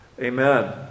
Amen